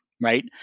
right